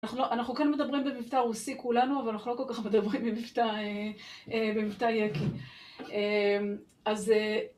אנחנו כאן מדברים במבטא רוסי כולנו, אבל אנחנו לא כל כך מדברים במבטא יקי. אז